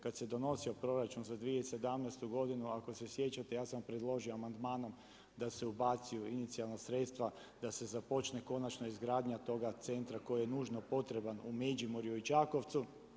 Kad se donosio proračun za 2017. godinu ako se sjećate ja sam predložio amandmanom da se ubace inicijalna sredstva, da se započne konačno izgradnja toga centra koji je nužno potreban u Međimurju i Čakovcu.